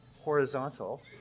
horizontal